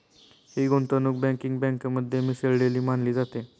ही गुंतवणूक बँकिंग बँकेमध्ये मिसळलेली मानली जाते